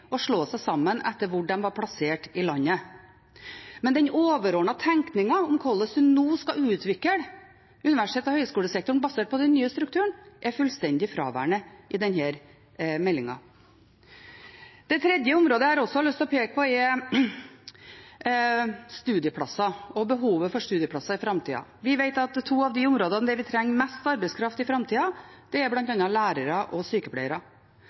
og slå seg sammen etter hvor de var plassert i landet. Men den overordnede tenkningen om hvordan en nå skal utvikle universitets- og høyskolesektoren basert på den nye strukturen, er fullstendig fraværende i denne meldingen. Det tredje området jeg har lyst å peke på, er studieplasser og behovet for studieplasser i framtida. Vi vet at to av de områdene hvor vi vil trenge mest arbeidskraft i framtida, er i læreryrket og blant sykepleierne. Det er